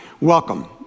welcome